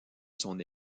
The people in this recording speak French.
son